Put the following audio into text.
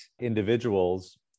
individuals